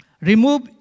Remove